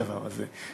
הדבר הזה,